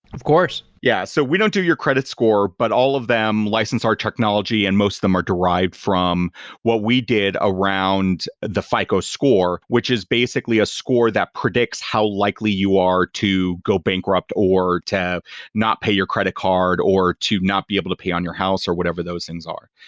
of course yeah. so we don't do your credit score, but all of them license our technology and most of them are derived from what we did around the fico score, which is basically a score that predicts how likely you are to go bankrupt or to not paid your credit card or to not be able to pay on your house or whatever those things are.